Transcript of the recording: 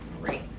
Great